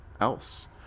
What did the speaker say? else